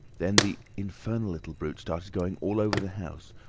then the infernal little brute started going all over the house,